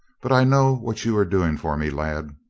but i know what you are doing for me, lad.